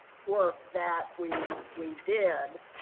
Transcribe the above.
work that we we did.